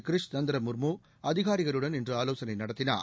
கிரிஷ் சந்திர முர்மு அதிகாரிகளுடன் இன்று ஆலோசனை நடத்தினார்